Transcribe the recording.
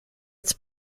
its